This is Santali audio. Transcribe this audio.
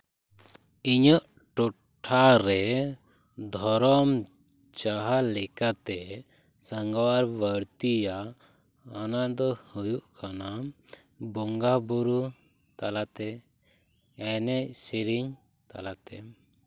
ᱤᱧᱟᱹᱜ ᱴᱚᱴᱷᱟᱨᱮ ᱫᱷᱚᱨᱚᱢ ᱡᱟᱦᱟᱸ ᱞᱮᱠᱟᱛᱮ ᱥᱟᱸᱜᱷᱟᱨ ᱵᱟᱹᱲᱛᱤᱭᱟ ᱚᱱᱟ ᱫᱚ ᱦᱩᱭᱩᱜ ᱠᱟᱱᱟ ᱵᱚᱸᱜᱟᱵᱳᱨᱳ ᱛᱟᱞᱟᱛᱮ ᱮᱱᱮᱡ ᱥᱮᱨᱮᱧ ᱛᱟᱞᱟᱛᱮ